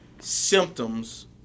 symptoms